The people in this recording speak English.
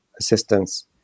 assistance